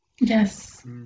Yes